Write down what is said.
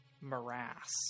morass